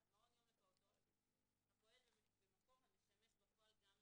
(1)מעון יום לפעוטות הפועל במקום המשמש בפועל גם למגורים,